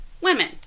women